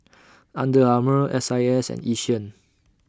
Under Armour S I S and Yishion